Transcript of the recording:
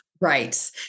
Right